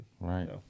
Right